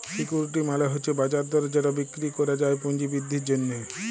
security মালে হছে বাজার দরে যেট বিক্কিরি ক্যরা যায় পুঁজি বিদ্ধির জ্যনহে